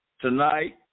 tonight